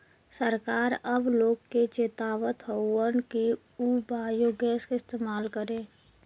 सरकार अब लोग के चेतावत हउवन कि उ बायोगैस क इस्तेमाल करे